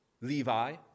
Levi